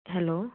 hello